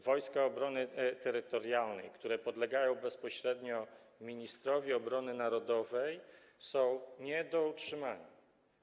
Wojska Obrony Terytorialnej, które podlegają bezpośrednio ministrowi obrony narodowej, są nie do utrzymania.